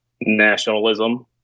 nationalism